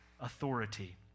authority